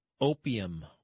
Opium